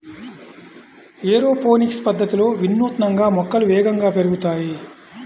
aeroponics పద్ధతిలో వినూత్నంగా మొక్కలు వేగంగా పెరుగుతాయి